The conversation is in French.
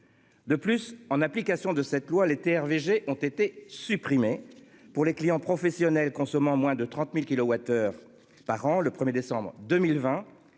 De plus, en application de cette loi les TRV G ont été supprimés pour les clients professionnels consommant moins de 30.000 kW/h par an, le 1er décembre 2020